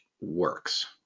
works